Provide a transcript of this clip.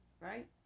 right